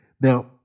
Now